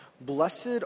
Blessed